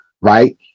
right